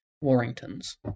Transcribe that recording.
Warringtons